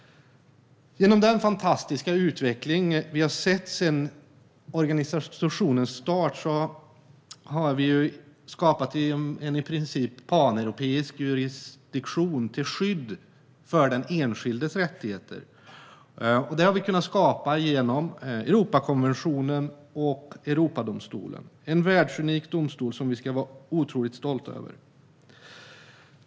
Genom den fantastiska utveckling vi har sett sedan organisationens start har vi skapat en i princip paneuropeisk jurisdiktion till skydd för den enskildes rättigheter. Det har vi kunnat skapa genom Europakonventionen och Europadomstolen, en världsunik domstol som vi ska vara otroligt stolta över.